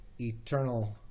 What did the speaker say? eternal